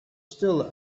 still